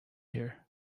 here